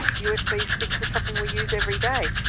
usb sticks are something we use every day.